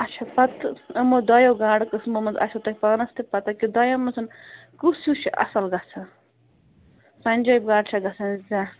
اچھا پتہِ یِمو دۄیو گاڈٕ قٕسمو منٛز آسوٕ تۄہہِ پانس تہِ پتہ کہ دۄیو منٛز کُس ہیو چھُ اصٕل گژھان پنجٲبۍ گاڈٕ چھَ گژھان